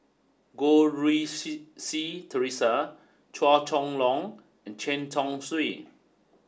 Goh Rui Si Theresa Chua Chong Long and Chen Chong Swee